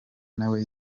nawe